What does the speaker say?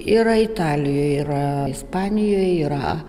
yra italijoj yra ispanijoj yra